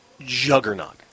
juggernaut